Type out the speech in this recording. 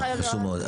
זה חשוב מאוד.